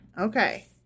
Okay